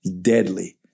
Deadly